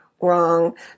wrong